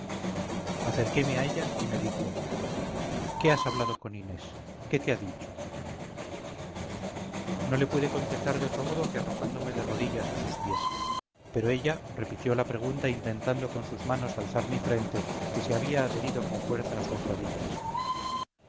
acerqueme a ella y me dijo qué has hablado con inés qué te ha dicho no le pude contestar de otro modo que arrojándome de rodillas a sus pies pero ella repitió la pregunta intentando con sus manos alzar mi frente que se había adherido con fuerza a sus rodillas